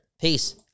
Peace